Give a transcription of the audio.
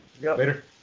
Later